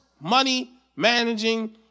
money-managing